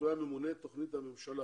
לדברי הממונה תוכנית הממשלה